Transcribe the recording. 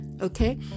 Okay